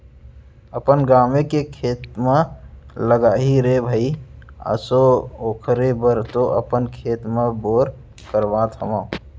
अपन गाँवे के खेत म लगाही रे भई आसो ओखरे बर तो अपन खेत म बोर करवाय हवय